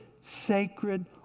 sacred